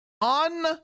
on